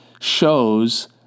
shows